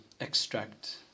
extract